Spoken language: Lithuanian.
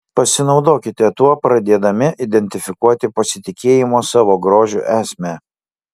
pasinaudokite tuo pradėdami identifikuoti pasitikėjimo savo grožiu esmę